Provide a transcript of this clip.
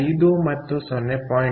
5 ಮತ್ತು 0